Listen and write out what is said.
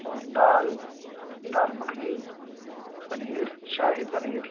اور دال دال مکھنی پنیر شاہی پنیر